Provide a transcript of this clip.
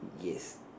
yes